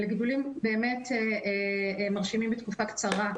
אלה גידולים ‏באמת מרשימים בתקופה קצרה.